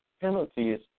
penalties